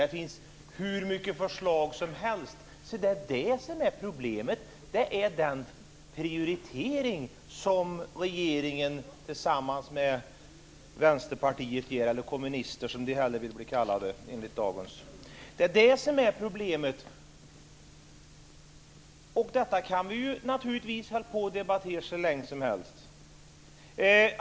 Det finns hur mycket förslag som helst. Problemet är den prioritering som görs av regeringen tillsammans med Vänsterpartiet, eller kommunisterna som de hellre vill bli kallade i dag. Det är det som är problemet, och detta kan vi naturligtvis hålla på och debattera hur länge som helst.